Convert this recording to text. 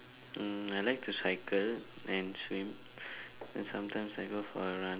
mm I like to cycle and swim and sometimes I go for a run